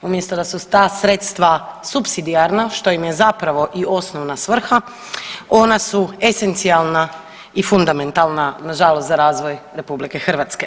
Umjesto da su ta sredstva supsidijarna što im je zapravo i osnovna svrha, ona su esencijalna i fundamentalna nažalost za razvoj RH.